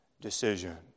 decision